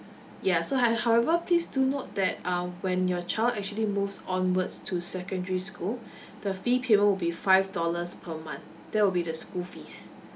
ya so how however please do note that um when your child actually moves onwards to secondary school the fee payment will be five dollars per month that will be the school fees